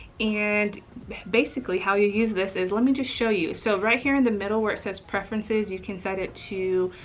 and basically how you use this is, let me just show you. so right here in the middle where it says preferences, you can set it to,